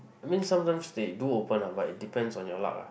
I mean sometimes they do open ah but it depends on your luck ah